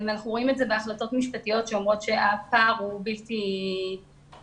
אנחנו רואים את זה בהחלטות משפטיות שאומרות שהפער הוא בלתי סביר.